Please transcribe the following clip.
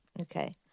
Okay